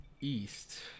east